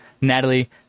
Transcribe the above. Natalie